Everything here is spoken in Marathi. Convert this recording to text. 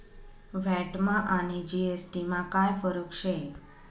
व्हॅटमा आणि जी.एस.टी मा काय फरक शे?